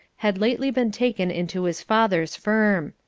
had lately been taken into his father's firm.